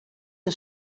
een